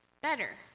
better